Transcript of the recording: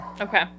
Okay